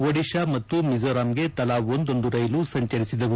ಒದಿಶಾ ಮತ್ತು ಮಿಜೋರಾಂಗೆ ತಲಾ ಒಂದೊಂದು ರೈಲು ಸಂಚರಿಸಿದವು